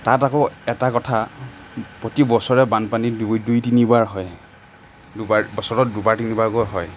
তাত আকৌ এটা কথা প্ৰতি বছৰে বানপানী দুই দুই দুই তিনিবাৰ হয় দুবাৰ বছৰত দুবাৰ তিনিবাৰকৈ হয়